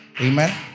Amen